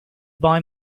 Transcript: buy